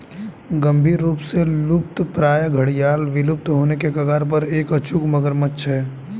गंभीर रूप से लुप्तप्राय घड़ियाल विलुप्त होने के कगार पर एक अचूक मगरमच्छ है